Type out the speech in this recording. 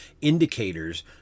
indicators